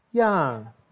ya